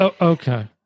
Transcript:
okay